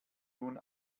nun